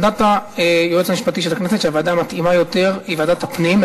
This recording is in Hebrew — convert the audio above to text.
עמדת היועץ המשפטי של הכנסת היא שהוועדה המתאימה יותר היא ועדת הפנים,